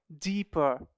deeper